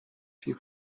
see